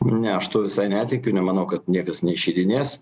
ne aš tuo visai netikiu nemanau kad niekas neišeidinės